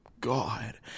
God